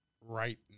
right